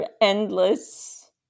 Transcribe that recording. endless